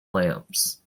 lamps